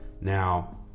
now